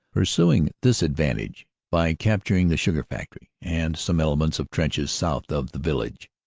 pursuing this advantage by capturing the sugar factory and some elements of trenches south of the village.